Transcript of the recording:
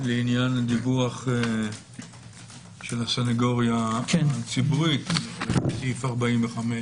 לעניין הדיווח של הסנגוריה הציבורית, סעיף 45,